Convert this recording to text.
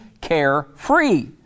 carefree